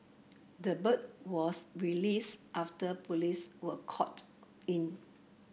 the bird was released after police were called in